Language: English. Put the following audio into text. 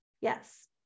Yes